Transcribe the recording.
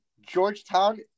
Georgetown –